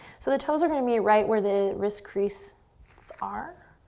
so the toes are gonna be right where the wrist creases are.